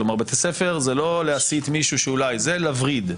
בתי ספר זה לא להסית מישהו שאולי, זה לווריד.